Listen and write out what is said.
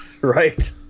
Right